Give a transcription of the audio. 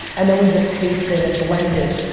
and then we just tasted and blended,